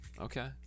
Okay